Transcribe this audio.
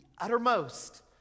uttermost